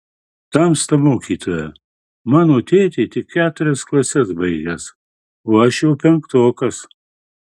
tamsta mokytoja mano tėtė tik keturias klases baigęs o aš jau penktokas